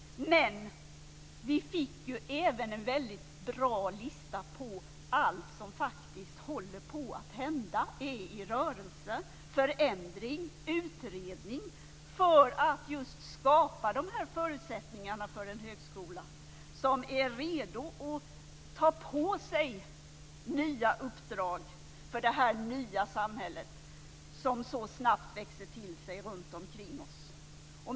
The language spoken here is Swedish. Men vi fick även en väldigt bra lista på allt som faktiskt håller på att hända, allt som är i rörelse, förändring och utredning, för att just skapa förutsättningar för en högskola som är redo att ta på sig nya uppdrag för det nya samhälle som så snabbt växer fram runtomkring oss.